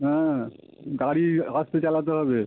হ্যাঁ গাড়ি আস্তে চালাতে হবে